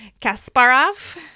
Kasparov